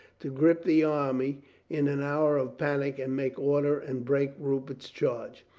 to grip the army in an hour of panic and make order and break rupert's charge.